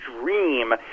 dream